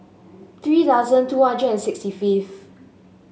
three thousand two hundred and sixty fifth